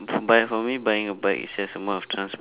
but if for me buying a bike is just a mode of transport